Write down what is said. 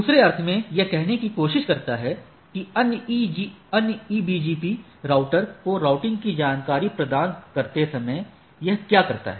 दूसरे अर्थ में यह कहने की कोशिश करता है कि अन्य EBGP राउटर को राउटिंग की जानकारी प्रदान करते समय यह क्या करता है